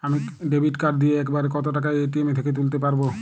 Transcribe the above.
আমি debit card দিয়ে এক বারে কত টাকা এ.টি.এম থেকে তুলতে পারবো?